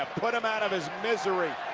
put him out of his misery,